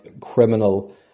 criminal